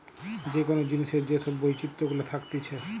যে কোন জিনিসের যে সব বৈচিত্র গুলা থাকতিছে